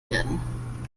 werden